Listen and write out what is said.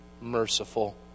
merciful